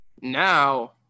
now